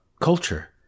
culture